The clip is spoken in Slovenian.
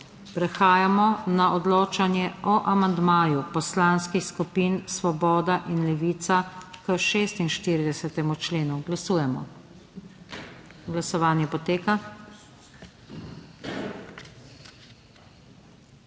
prehajamo na odločanje o amandmaju Poslanske skupine Nove Slovenije k 57. členu. Glasujemo. Glasovanje poteka.